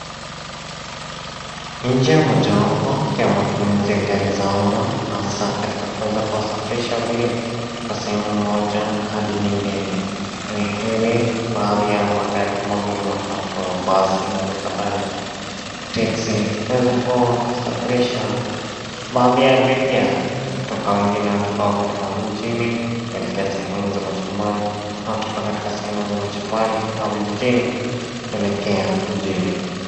Ni njia mojawapo ya matumizi ya gari za umma hasaa katika kuweza kuwasafirisha abiria, kutoka sehemu moja hadi nyingine, ni heri, baadhi ya magari kama vile matatu, basi na kadhalika, teksi, kuweza kusafirisha, baadhi ya abiria, kutoka wengine watokao katika mji, kuelekea sehemu za mashambani, na hutoka katika sehemu za mashambani ama vijijini, kuelekea mjini.